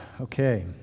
Okay